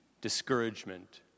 discouragement